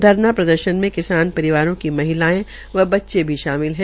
धरना प्रदर्शन में किसान परिवारों की महिलायें व बच्चे भी शामिल है